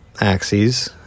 axes